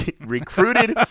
recruited